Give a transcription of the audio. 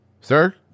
sir